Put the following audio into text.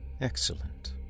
Excellent